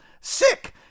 sick